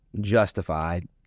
justified